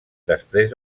després